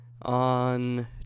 On